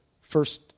first